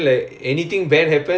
okay okay good